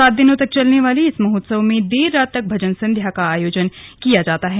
सात दिनों तक चलने वाले इस महोत्सव में देर रात तक भजन संध्या का आयोजन किया जाता है